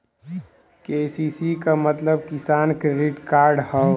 KCC क मतलब किसान क्रेडिट कार्ड हौ